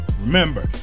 Remember